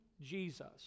Jesus